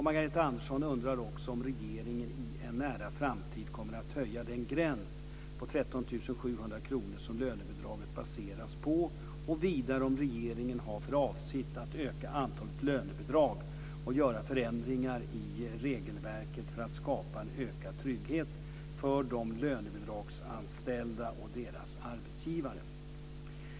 Margareta Andersson undrar också om regeringen i en nära framtid kommer att höja den gräns på 13 700 kr som lönebidraget baseras på och vidare om regeringen har för avsikt att öka antalet lönebidrag och göra förändringar i regelverket för att skapa en ökad trygghet för de lönebidragsanställda och deras arbetsgivare.